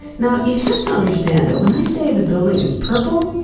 now, you have to understand that when i say the building is purple,